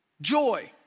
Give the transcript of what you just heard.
joy